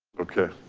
okay.